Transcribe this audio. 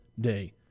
day